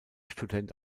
student